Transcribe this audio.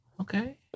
Okay